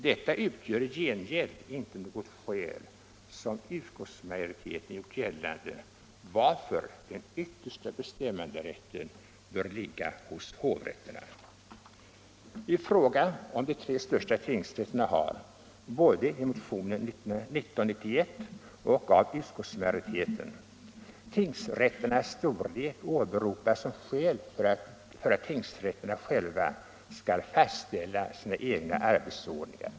Detta utgör i gengäld inte något skäl, som utskottsmajoriteten gjort gällande, till att den yttersta bestämmanderätten borde ligga hos hovrätterna. I fråga om de tre största tingsrätterna har, både i motionen 1991 och av utskottsmajoriteten, tingsrätternas storlek åberopats som skäl för att tingsrätterna själva skall fastställa sina arbetsordningar.